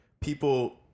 People